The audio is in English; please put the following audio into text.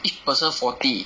each person forty